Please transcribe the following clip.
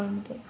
வந்து